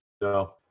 No